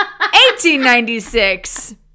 1896